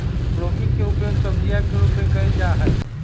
broccoli के उपयोग सब्जीया के रूप में कइल जाहई